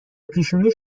پیشونیش